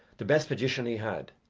the best magician he had,